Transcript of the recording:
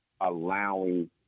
allowing